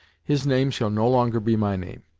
his name shall no longer be my name.